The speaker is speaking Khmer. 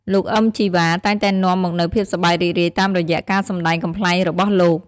លោក អ៊ឹម ជីវ៉ា តែងតែនាំមកនូវភាពសប្បាយរីករាយតាមរយៈការសម្តែងកំប្លែងរបស់លោក។